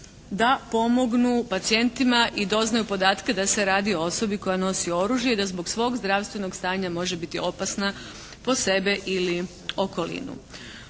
da pomognu pacijentima i doznaju podatke da se radi o osobi koja nosi oružje i da zbog svog zdravstvenog stanja može biti opasna po sebe ili okolinu.